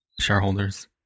shareholders